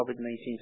COVID-19